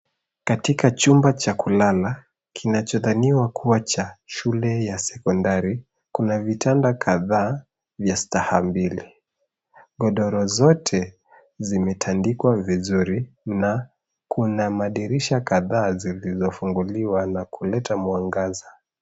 Katika chumba cha kulala kinachodhaniwa kuwa cha shule ya sekondari, kuna vitanda kadhaa vya staha mbili. Godoro zote zimetandikwa vizuri na kuna madirisha kadhaa zilizofunguliwa nakuleta mwangaza.